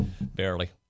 Barely